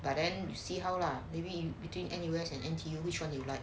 but then see how lah maybe between N_U_S and N_T_U which [one] you like